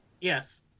Yes